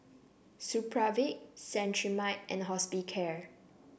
Supravit Cetrimide and Hospicare